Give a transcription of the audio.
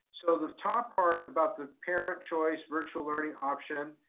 so the top part about the parent choice virtual learning option,